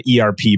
ERP